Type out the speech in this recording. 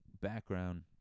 background